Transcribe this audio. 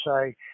say